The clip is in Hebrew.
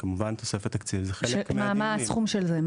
תוספת תקציב זה כמובן חלק מהדיונים --- מה הסכום של זה?